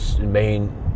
main